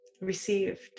Received